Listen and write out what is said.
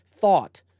thought